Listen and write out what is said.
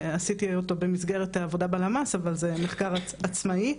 עשיתי אותו במסגרת העבודה בלמ"ס אבל זה מחקר עצמאי,